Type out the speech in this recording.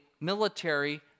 military